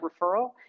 referral